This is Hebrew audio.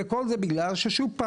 וכל זה בגלל ששוב,